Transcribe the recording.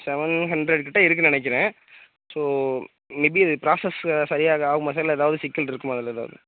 seven hundred கிட்டே இருக்குன்னு நினைக்கிறேன் ஸோ மேபி அது ப்ராசஸுக்கு சரியாக ஆகுமா சார் இல்லை ஏதாவது சிக்கல் இருக்குமா அதில் ஏதாவது